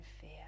fear